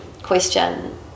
question